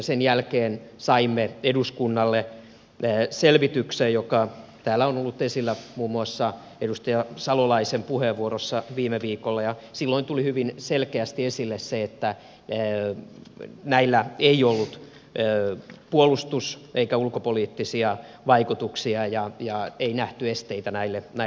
sen jälkeen saimme eduskunnalle selvityksen joka täällä on ollut esillä muun muassa edustaja salolaisen puheenvuorossa viime viikolla ja silloin tuli hyvin selkeästi esille se että näillä ei ollut puolustus eikä ulkopoliittisia vaikutuksia eikä nähty esteitä näille maakaupoille